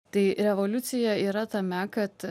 tai revoliucija yra tame kad